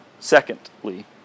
Secondly